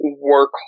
work